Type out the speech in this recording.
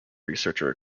researcher